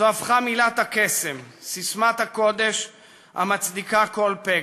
זו הפכה מילת הקסם, ססמת הקודש המצדיקה כל פגע.